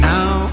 Now